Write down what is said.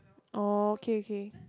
oh okay okay